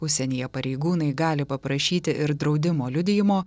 užsienyje pareigūnai gali paprašyti ir draudimo liudijimo